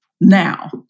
now